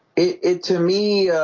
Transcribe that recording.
it to me